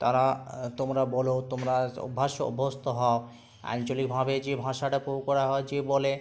তারা তোমরা বলো তোমরা অভ্যাস অভস্ত হও আঞ্চলিকভাবে যে ভাষাটা প্রয়োগ করা হয়েছে বলে